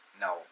no